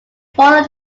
followed